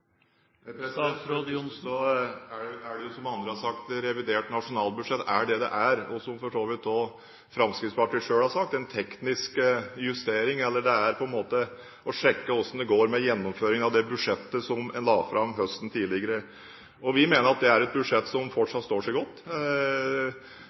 det første, som andre også har sagt: Revidert nasjonalbudsjett er det det er, og – som for så vidt også Fremskrittspartiet selv har sagt – en teknisk justering, eller en sjekk av hvordan det går med det budsjettet en la fram høsten før. Og vi mener at det er et budsjett som